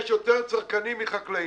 יש יותר צרכנים מחקלאים.